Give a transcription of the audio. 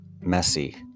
messy